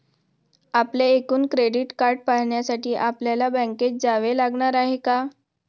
आपले एकूण क्रेडिट पाहण्यासाठी आपल्याला बँकेत जावे लागणार आहे का?